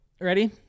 Ready